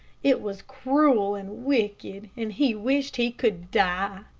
it was cruel and wicked, and he wished he could die.